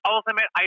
Ultimate